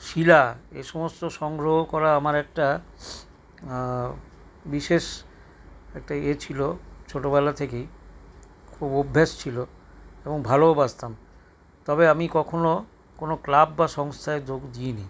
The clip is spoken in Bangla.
শিলা এই সমস্ত সংগ্রহ করা আমার একটা বিশেষ একটা ইয়ে ছিলো ছোটবেলা থেকেই খুব অভ্যেস ছিলো এবং ভালোও বাসতাম তবে আমি কখনো কোনো ক্লাব বা সংস্থায় যোগ দিইনি